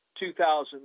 2000